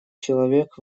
человек